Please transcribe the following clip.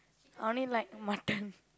I only like mutton